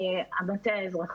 המטה האזרחי.